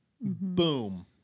Boom